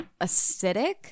acidic